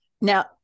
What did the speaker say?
Now